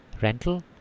rental